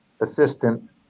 assistant